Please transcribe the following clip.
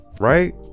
right